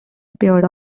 appeared